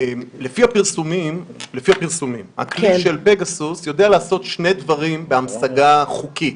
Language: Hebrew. לפי הפרסומים הכלי של פגסוס יודע לעשות שני דברים בהמשגה חוקית.